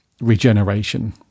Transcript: regeneration